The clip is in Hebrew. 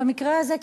ובמקרה זה,